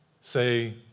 say